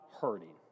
hurting